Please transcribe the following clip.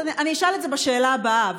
אני אשאל את זה בשאלה הבאה.